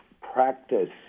practice